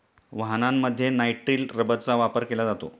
वाहनांमध्ये नायट्रिल रबरचा वापर केला जातो